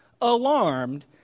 alarmed